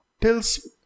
tells